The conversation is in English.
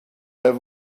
have